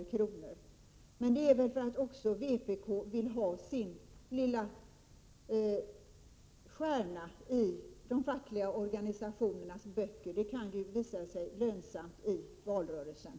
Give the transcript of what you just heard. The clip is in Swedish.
Anledningen till det är väl att också vpk vill ha en liten stjärna i de fackliga organisationernas böcker. Det kan ju visa sig lönsamt i valrörelsen.